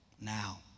now